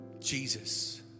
Jesus